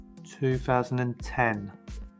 2010